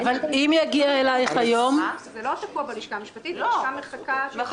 זה לא תקוע בלשכה המשפטית, הלשכה מחכה ש --- לא.